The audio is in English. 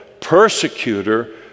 persecutor